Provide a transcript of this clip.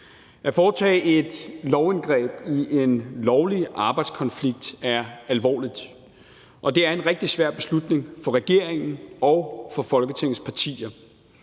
At foretage et lovindgreb i en lovlig arbejdskonflikt er alvorligt, og det er en rigtig svær beslutning for regeringen og for Folketingets partier.